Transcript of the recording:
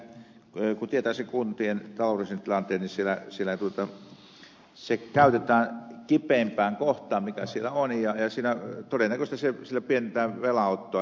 nimittäin kun tietää sen kuntien taloudellisen tilanteen niin siellä se säästö käytetään kipeimpään kohtaan mikä siellä on ja todennäköisesti sillä pienennetään velanottoa